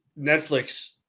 Netflix